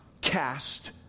cast